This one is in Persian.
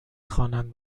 خوانند